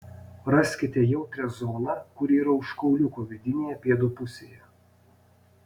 raskite jautrią zoną kuri yra už kauliuko vidinėje pėdų pusėje